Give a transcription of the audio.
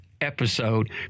episode